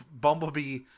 Bumblebee